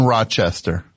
Rochester